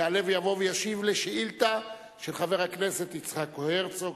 יעלה ויבוא וישיב על שאילתא של חבר הכנסת יצחק הרצוג,